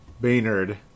Baynard